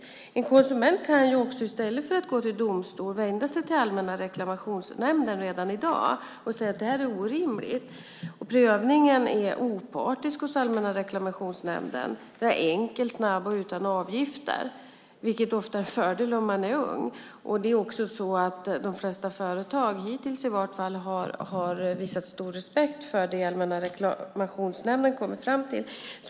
En konsument kan, i stället för att gå till domstol, redan i dag vända sig till Allmänna reklamationsnämnden om man anser att lånet är orimligt. Prövningen hos Allmänna reklamationsnämnden är opartisk. Den är enkel, snabb och utan avgifter, vilket ofta är en fördel om man är ung. De flesta företag har åtminstone hittills visat stor respekt för det som Allmänna reklamationsnämnden kommer fram till.